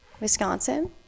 Wisconsin